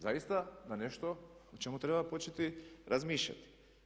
Zaista na nešto o čemu treba početi razmišljati.